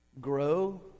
grow